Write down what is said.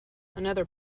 another